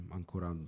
ancora